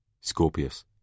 Scorpius